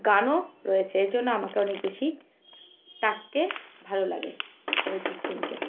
গানও রয়েছে এর জন্য আমাকে অনেক বেশি তাকে ভালো লাগে অরিজিৎ সিংকে